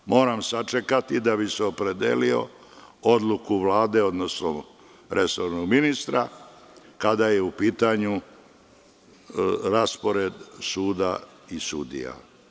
Ali, moram sačekati, da bih se opredelio, odluku Vlade odnosno resornog ministra kada je u pitanju raspored suda i sudija.